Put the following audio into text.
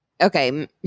Okay